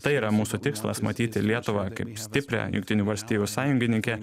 tai yra mūsų tikslas matyti lietuvą kaip stiprią jungtinių valstijų sąjungininkę